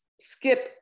skip